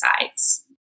sides